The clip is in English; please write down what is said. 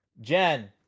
Jen